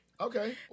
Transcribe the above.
Okay